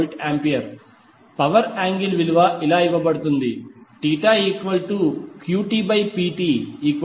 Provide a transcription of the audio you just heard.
77VAR power angle విలువ ఇలా ఇవ్వబడుతుంది QTPT 935